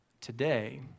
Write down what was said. today